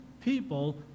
people